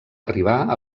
arribar